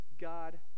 God